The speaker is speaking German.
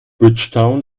bridgetown